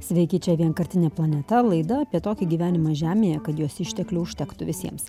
sveiki čia vienkartinė planeta laida apie tokį gyvenimą žemėje kad jos išteklių užtektų visiems